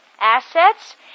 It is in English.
Assets